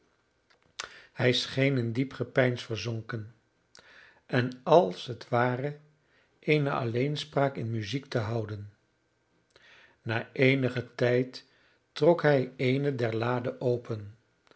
hij scheen in diep gepeins verzonken en als het ware eene alleenspraak in muziek te houden na eenigen tijd trok hij eene der laden open